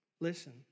Listen